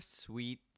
sweet